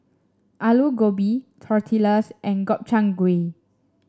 Alu Gobi Tortillas and Gobchang Gui